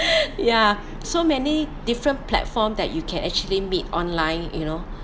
ya so many different platform that you can actually meet online you know